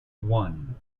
one